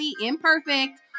Imperfect